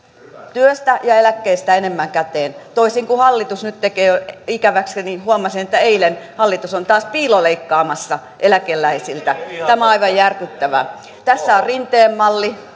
työstä ja eläkkeestä enemmän käteen toisin kuin hallitus nyt tekee ikäväkseni huomasin että eilen hallitus oli taas piiloleikkaamassa eläkeläisiltä tämä on aivan järkyttävää tässä on rinteen malli